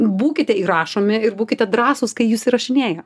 būkite įrašomi ir būkite drąsūs kai jus įrašinėja